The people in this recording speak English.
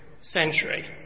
century